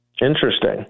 Interesting